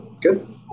good